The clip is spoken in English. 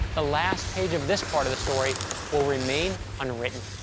the last page of this part of the story will remain unwritten.